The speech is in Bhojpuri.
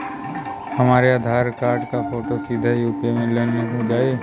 हमरे आधार कार्ड क फोटो सीधे यैप में लोनहो जाई?